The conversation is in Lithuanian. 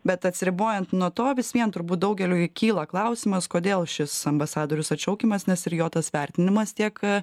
bet atsiribojant nuo to vis vien turbūt daugeliui kyla klausimas kodėl šis ambasadorius atšaukiamas nes ir jo tas vertinimas tiek